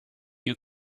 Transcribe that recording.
you